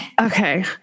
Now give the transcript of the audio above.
Okay